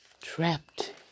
Trapped